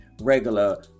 regular